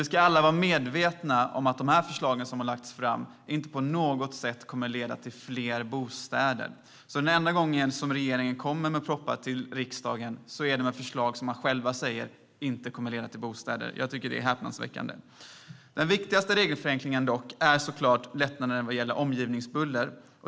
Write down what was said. Vi ska dock vara medvetna om att de förslag som har lagts fram inte på något sätt kommer att leda till fler bostäder. Den enda gången som regeringen kommer med en proposition till riksdagen är det alltså med förslag som regeringen själv säger inte kommer att leda till bostäder. Det är häpnadsväckande. Den viktigaste regelförenklingen är såklart lättnaderna vad gäller omgivningsbuller.